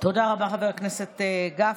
תודה רבה, חבר הכנסת גפני.